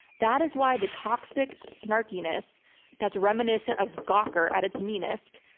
that is why the toxic snarkiness that's reminiscent of gawker at it's meanest,